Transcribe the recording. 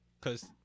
Cause